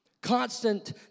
Constant